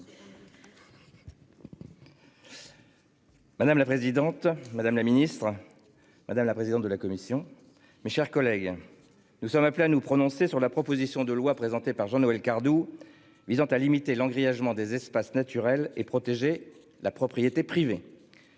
Madame la présidente, madame la ministre. Madame la présidente de la commission. Mes chers collègues, nous sommes appelés à nous prononcer sur la proposition de loi présentée par Jean-Noël Cardoux visant à limiter l'an grièvement des espaces naturels et protéger la propriété privée.